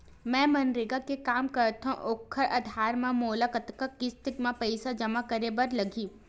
मैं मनरेगा म काम करथव, ओखर आधार म मोला कतना किस्त म पईसा जमा करे बर लगही?